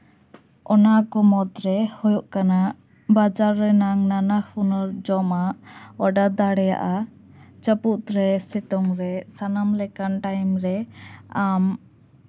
ᱚᱱᱟ ᱠᱚ ᱢᱩᱫ ᱨᱮ ᱦᱩᱭᱩᱜ ᱠᱟᱱᱟ ᱵᱟᱡᱟᱨ ᱨᱮᱭᱟᱜ ᱱᱟᱱᱟᱦᱩᱱᱟᱹᱨ ᱡᱚᱢᱟᱜ ᱚᱰᱟᱨ ᱫᱟᱲᱮᱭᱟᱜᱼᱟ ᱡᱟᱯᱩᱫ ᱨᱮ ᱥᱤᱛᱩᱝᱨᱮ ᱥᱟᱱᱟᱢ ᱞᱮᱠᱟᱱ ᱴᱟᱭᱤᱢ ᱨᱮ ᱟᱢ